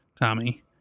Tommy